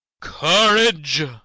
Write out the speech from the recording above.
courage